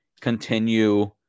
continue